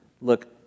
look